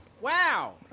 Wow